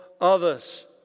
others